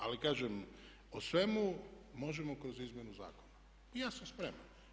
Ali kažem o svemu možemo kroz izmjenu zakona i ja sam spreman.